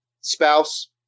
spouse